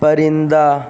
پرندہ